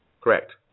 Correct